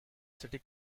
city